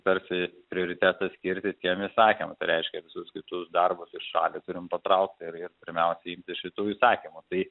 tarsi prioritetą skirti tiem įsakymam tai reiškia visus kitus darbus į šalį turim patraukti ir ir pirmiausiai imtis šitų įsakymų tai